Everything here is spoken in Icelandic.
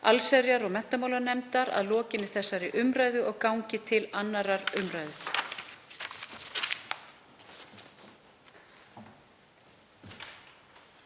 allsherjar- og menntamálanefndar að lokinni þessari umræðu og gangi til 2. umr.